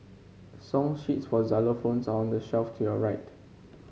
song sheets for xylophones are on the shelf to your right